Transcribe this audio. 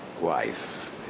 wife